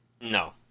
No